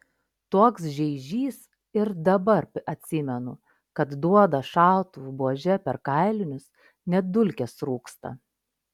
toks žeižys ir dabar atsimenu kad duoda šautuvo buože per kailinius net dulkės rūksta